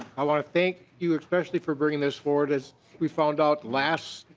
i want to thank you especially for bringing this for. as we found out last